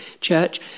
Church